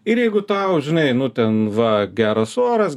ir jeigu tau žinai nu ten va geras oras